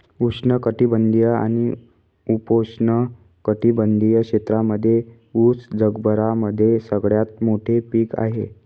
उष्ण कटिबंधीय आणि उपोष्ण कटिबंधीय क्षेत्रांमध्ये उस जगभरामध्ये सगळ्यात मोठे पीक आहे